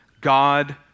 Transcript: God